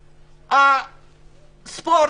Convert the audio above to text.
ספורט,